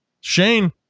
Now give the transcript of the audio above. Shane